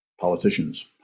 politicians